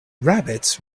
rabbits